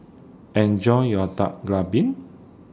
Enjoy your Dak Galbi